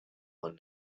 one